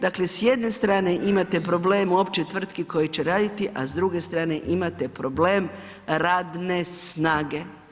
Dakle, s jedne strane imate problem uopće tvrtki koje će raditi, a s druge strane imate problem radne snage.